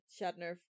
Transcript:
Shatner